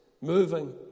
moving